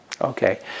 Okay